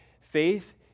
Faith